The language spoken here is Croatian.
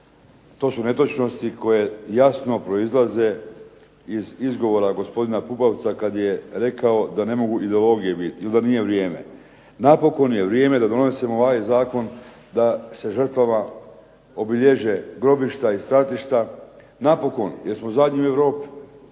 to su netočnosti koje jasno proizlaze iz izgovora gospodina Pupovca kad je rekao da ne mogu ideologije biti ili da nije vrijeme. Napokon je vrijeme da donosimo ovaj zakon da se žrtvama obilježe grobišta i stratišta. Napokon, jer smo zadnji u Europi,